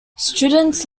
students